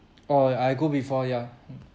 oh ya I go before ya mm